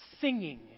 singing